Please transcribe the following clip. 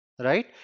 right